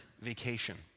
vacation